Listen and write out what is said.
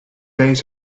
days